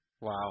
wow